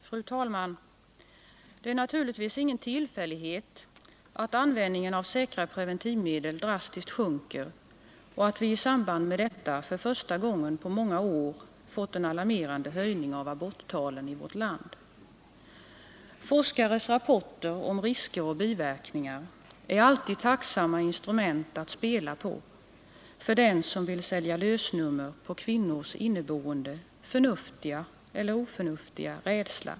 Fru talman! Det är naturligtvis ingen tillfällighet att användningen av säkra preventivmedel drastiskt sjunker och att vi i samband med detta för första gången på många år fått en alarmerande höjning av aborttalen i vårt land. Forskares rapporter om risker och biverkningar är alltid tacksamma instrument att spela på för den som vill sälja lösnummer på kvinnors inneboende — förnuftiga eller oförnuftiga — rädsla.